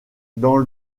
dans